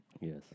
Yes